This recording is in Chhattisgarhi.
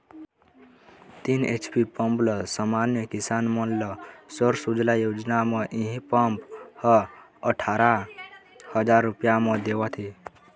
तीन एच.पी पंप ल समान्य किसान मन ल सौर सूजला योजना म इहीं पंप ह अठारा हजार रूपिया म देवत हे